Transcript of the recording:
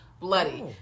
Bloody